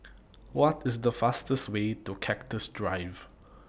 What IS The fastest Way to Cactus Drive